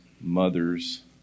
mothers